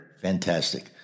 Fantastic